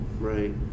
right